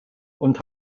und